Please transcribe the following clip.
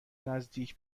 نزدیک